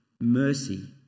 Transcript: mercy